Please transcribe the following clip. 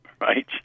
Right